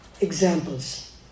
examples